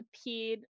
appeared